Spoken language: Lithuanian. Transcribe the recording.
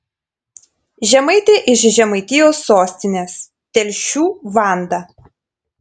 žemaitė iš žemaitijos sostinės telšių vanda